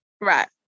Right